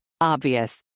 Obvious